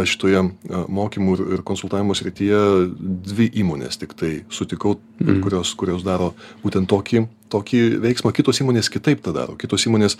šitoje mokymų ir konsultavimo srityje dvi įmones tiktai sutikau kurios kurios daro būtent tokį tokį veiksmą kitos įmonės kitaip tą daro kitos įmonės